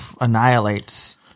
annihilates